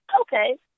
Okay